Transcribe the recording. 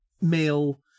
male